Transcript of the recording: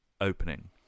opening